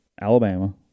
Alabama